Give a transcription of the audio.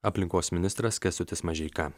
aplinkos ministras kęstutis mažeika